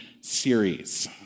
series